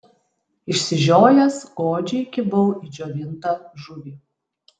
išsižiojęs godžiai kibau į džiovintą žuvį